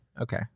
Okay